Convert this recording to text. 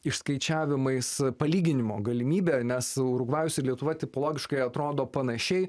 išskaičiavimais palyginimo galimybė nes urugvajus ir lietuva tipologiškai atrodo panašiai